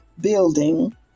building